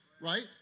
Right